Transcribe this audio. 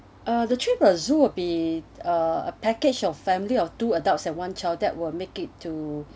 the trip to zoo wil be a package of family of two adults and one child that will make it to